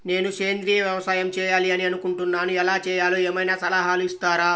నేను సేంద్రియ వ్యవసాయం చేయాలి అని అనుకుంటున్నాను, ఎలా చేయాలో ఏమయినా సలహాలు ఇస్తారా?